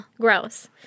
Gross